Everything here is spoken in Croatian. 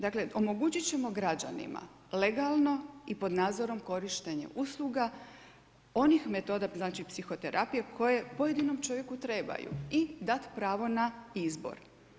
Dakle, omogućit ćemo građanima legalno i pod nadzorom korištenje usluga onih metoda znači psihoterapije koje pojedinom čovjeku trebaju i dat pravo na izbor.